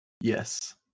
Yes